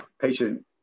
patient